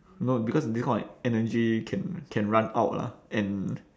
no because this kind of energy can can run out lah and